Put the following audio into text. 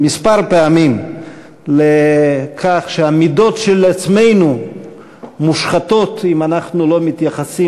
כמה פעמים לכך שהמידות של עצמנו מושחתות אם אנחנו לא מתייחסים,